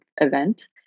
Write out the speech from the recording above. event